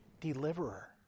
deliverer